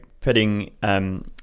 putting